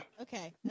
Okay